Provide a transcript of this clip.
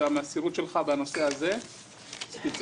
מהמסירות שלך בנושא הזה ספציפית,